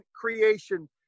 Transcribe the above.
creation